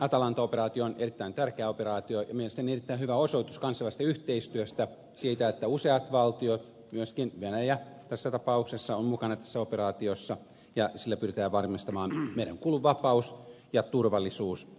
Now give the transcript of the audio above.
atalanta operaatio on erittäin tärkeä operaatio ja mielestäni erittäin hyvä osoitus kansainvälisestä yhteistyöstä siitä että useat valtiot myöskin venäjä tässä tapauksessa ovat mukana tässä operaatiossa ja sillä pyritään varmistamaan merenkulun vapaus ja turvallisuus